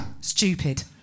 stupid